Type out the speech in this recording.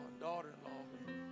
daughter-in-law